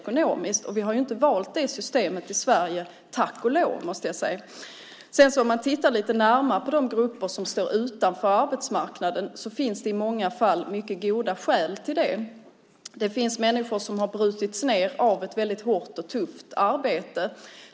Vi har inte valt det systemet i Sverige, tack och lov måste jag säga. När man tittar lite närmare på de grupper som står utanför arbetsmarknaden ser man att det i många fall finns mycket goda skäl till det. Det finns människor som har brutits ned av ett hårt och tufft arbete.